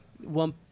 one